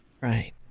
Right